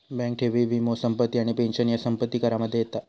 bank ठेवी, वीमो, संपत्ती आणि पेंशन ह्या संपत्ती करामध्ये येता